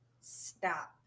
stop